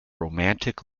romantic